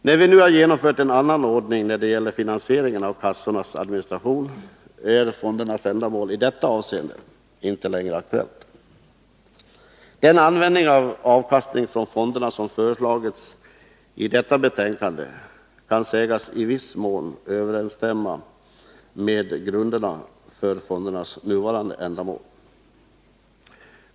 När vi nu har genomfört en annan ordning när det gäller finansieringen av kassornas administration är fondernas ändamål i detta avseende inte längre aktuellt. Den användning av avkastning av fonderna som föreslagits i detta betänkande kan sägas i viss mån överensstämma med grunden för fondernas nuvarande ändamål.